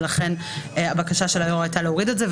ולכן הבקשה של היו"ר הייתה להוריד את זה.